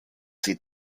sie